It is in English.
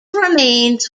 remains